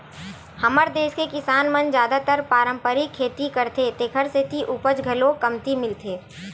हमर देस के किसान मन जादातर पारंपरिक खेती करथे तेखर सेती उपज घलो कमती मिलथे